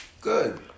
Good